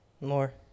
More